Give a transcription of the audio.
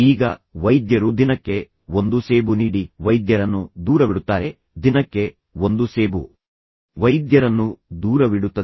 ಈಗ ವೈದ್ಯರು ದಿನಕ್ಕೆ ಒಂದು ಸೇಬು ನೀಡಿ ವೈದ್ಯರನ್ನು ದೂರವಿಡುತ್ತಾರೆ ದಿನಕ್ಕೆ ಒಂದು ಸೇಬು ವೈದ್ಯರನ್ನು ದೂರವಿಡುತ್ತದೆ